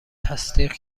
تصدیق